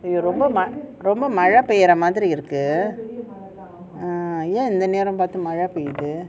ரொம்ப மழை பெய்யற மாறி இருக்கு:romba malai peyyara maari iruku ah அது ஏன் இந்த நேரம் பாத்து மழை பெய்யுது:athu yen intha neram paathu malai peyyuthu